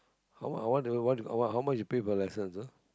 how mu~ how I want the want the how much you pay for lessons uh